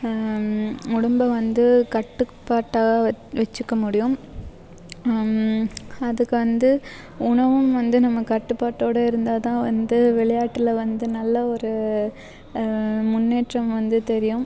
உடம்ப வந்து கட்டுப்பாட்டாக வெச்சுக்க முடியும் அதுக்கு வந்து உணவும் வந்து நம்ம கட்டுப்பாட்டோடு இருந்தால் தான் வந்து விளையாட்டில் வந்து நல்ல ஒரு முன்னேற்றம் வந்து தெரியும்